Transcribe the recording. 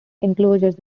enclosures